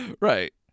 right